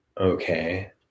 Okay